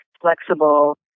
flexible